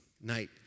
night